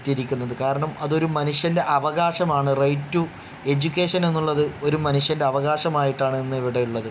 എത്തിരിക്കുന്നത് കാരണം അതൊരു മനുഷ്യൻ്റെ അവകാശമാണ് റൈറ്റ് ടു എജ്യൂക്കേഷൻ എന്നുള്ളത് ഒരു മനുഷ്യൻ്റെ അവകാശമായിട്ടാണ് ഇന്ന് ഇവിടെ ഉള്ളത്